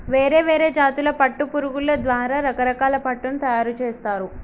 వేరే వేరే జాతుల పట్టు పురుగుల ద్వారా రకరకాల పట్టును తయారుచేస్తారు